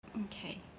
okay